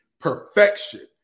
perfection